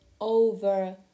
over